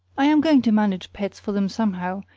i am going to manage pets for them somehow,